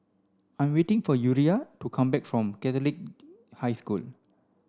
I'm waiting for Uriah to come back from Catholic High School